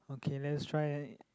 okay let us try